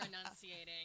enunciating